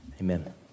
Amen